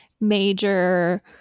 major